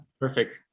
Perfect